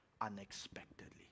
unexpectedly